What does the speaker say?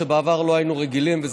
שבעבר לא היינו רגילים לו,